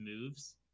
moves